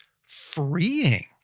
freeing